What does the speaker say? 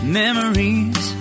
memories